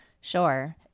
Sure